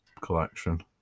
collection